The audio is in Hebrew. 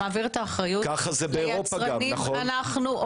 האחריות ליצרנים.